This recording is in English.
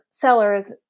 Sellers